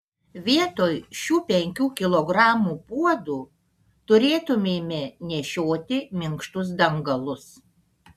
vietoj šių penkių kilogramų puodų turėtumėme nešioti minkštus dangalus